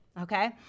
Okay